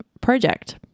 project